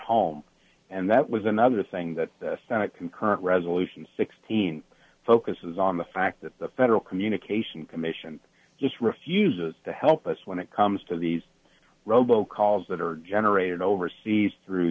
home and that was another thing that concurrent resolution sixteen focuses on the fact that the federal communication commission just refuses to help us when it comes to these robo calls that are generated overseas through